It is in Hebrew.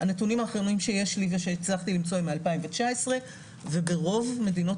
הנתונים האחרונים שהצלחתי למצוא הם מ-2019 וברוב מדינות